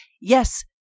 yes